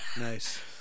Nice